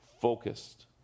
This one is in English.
focused